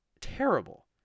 terrible